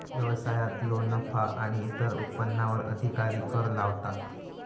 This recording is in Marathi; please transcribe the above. व्यवसायांतलो नफो आणि इतर उत्पन्नावर अधिकारी कर लावतात